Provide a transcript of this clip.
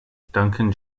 duncan